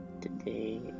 today